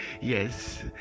yes